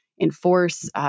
enforce